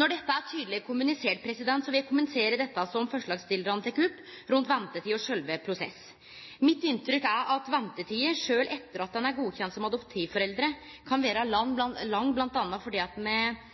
Når dette er tydeleg kommunisert, vil eg kommentere dette som forslagsstillarane tek opp rundt ventetid og sjølve prosessen. Mitt inntrykk er at ventetida, sjølv etter at ein er godkjend som adoptivforeldre, kan vere lang bl.a. fordi fleire land me